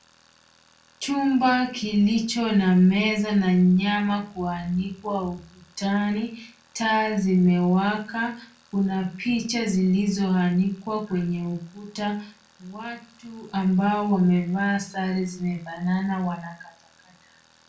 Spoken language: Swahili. Chumba kilicho na meza na nyama kuanikwa ukutani. Taa zimewaka. Kuna picha zilizoanikwa kwenye ukuta. Watu ambao wamevaa sare zimefanana wanakatakata.